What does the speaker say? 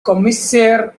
commissaire